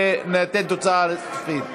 וניתן תוצאה סופית.